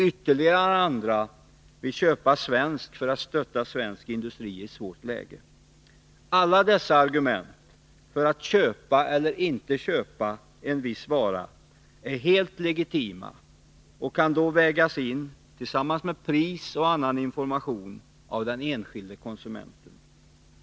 Ytterligare andra vill köpa svenskt för att stötta svensk industri i ett svårt läge. Alla dessa argument för att köpa eller inte köpa en viss vara är helt legitima och kan vägas in, tillsammans med pris och annan information, av den enskilde konsumenten.